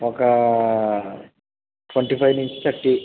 ఒక twenty five నుంచి thirty